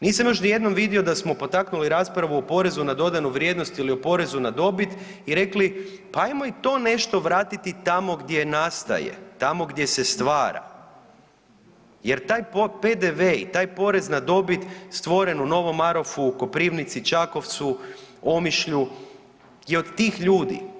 Nisam još nijednom vidio da smo potaknuli raspravu o porezu na dodanu vrijednost ili o porezu na dobit i rekli, pa ajmo i to nešto vratiti tamo gdje nastaje, tamo gdje se stvara jer taj PDV i taj porez na dobit stvoren u Novom Marofu, Koprivnici, Čakovcu, Omišlju je od tih ljudi.